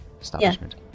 establishment